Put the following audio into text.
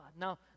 Now